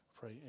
pray